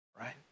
Right